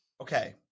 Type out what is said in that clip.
Okay